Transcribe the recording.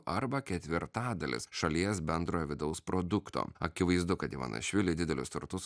arba ketvirtadalis šalies bendrojo vidaus produkto akivaizdu kad ivanišvili didelius turtus